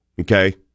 okay